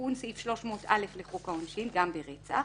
תיקון סעיף 300א לחוק העונשין גם ברצח.